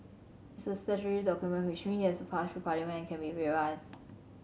it's a statutory document which means it has to pass through Parliament and can be revised